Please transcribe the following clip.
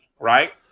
right